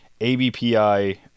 ABPI